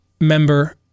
member